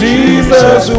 Jesus